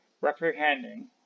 reprehending